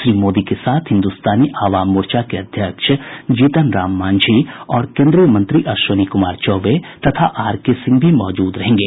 श्री मोदी के साथ हिन्दुस्तानी आवाम मोर्चा के अध्यक्ष जीतन राम मांझी और केन्द्रीय मंत्री अश्विनी कुमार चौबे तथा आर के सिंह भी मौजूद रहेंगे